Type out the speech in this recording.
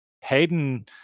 hayden